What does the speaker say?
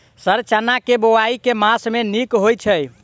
Sir चना केँ बोवाई केँ मास मे नीक होइ छैय?